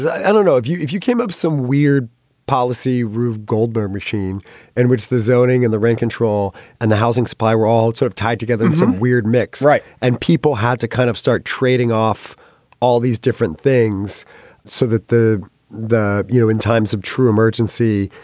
i don't know if you if you came up some weird policy rube goldberg machine in and which the zoning and the rent control and the housing supply were all sort of tied together in some weird mix. right. and people had to kind of start trading off all these different things so that the the you know, in times of true emergency,